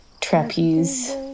trapeze